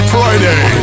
Friday